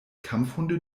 kampfhunde